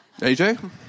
AJ